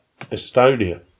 Estonia